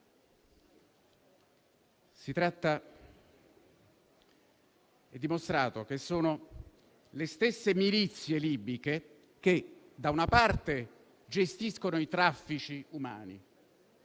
dimostrato che sono le stesse milizie libiche che da una parte gestiscono i traffici umani